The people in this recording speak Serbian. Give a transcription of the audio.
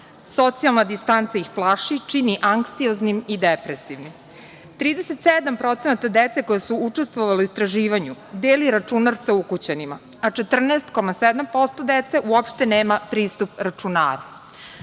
Socijalna distanca ih plaši, čini anksioznim i depresivnim. Trideset sedam procenata dece koja su učestvovala u istraživanju deli računar sa ukućanima, a 14,7% dece uopšte nema pristup računaru. Zbog